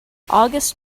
august